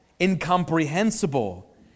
incomprehensible